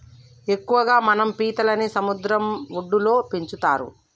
ఎక్కువగా మనం పీతలని సముద్ర వడ్డులో పెంచుతరు